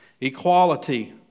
Equality